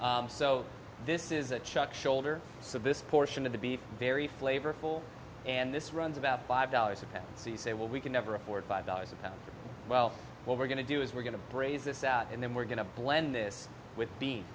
diet so this is a chuck shoulder so this portion of the beef very flavorful and this runs about five dollars a pound so you say well we can never afford five dollars a pound well what we're going to do is we're going to braise this out and then we're going to blend this with the beans